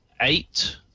eight